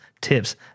tips